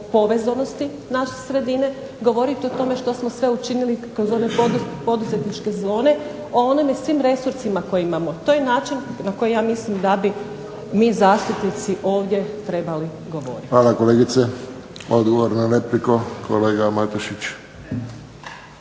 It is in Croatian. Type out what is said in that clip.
povezanosti naše sredine, govoriti o tome što smo sve učinili kroz one poduzetničke zone, o onima svim resursima koje imamo. To je način na koji ja mislim da bi mi zastupnici ovdje trebali govoriti. **Friščić, Josip (HSS)** Hvala kolegice. Odgovor na repliku kolega Matušić.